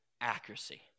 accuracy